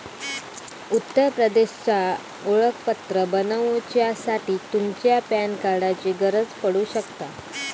उत्तर प्रदेशचा ओळखपत्र बनवच्यासाठी तुमच्या पॅन कार्डाची गरज पडू शकता